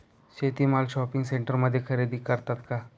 शेती माल शॉपिंग सेंटरमध्ये खरेदी करतात का?